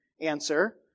Answer